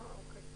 אוקיי.